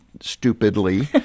stupidly